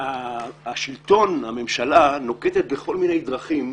השלטון הממשלה נוקטת בכל מיני דרכים,